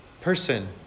person